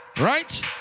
right